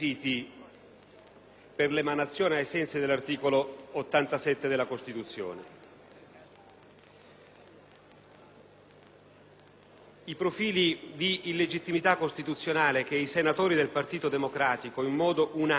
per l'emanazione ai sensi dell'articolo 87 della Costituzione. I profili di illegittimità costituzionale che i senatori del Partito Democratico, in modo unanime,